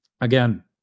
Again